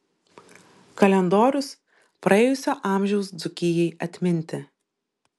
kalendorius praėjusio amžiaus dzūkijai atminti